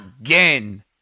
again